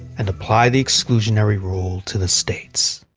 and apply the exclusionary rule to the states.